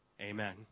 Amen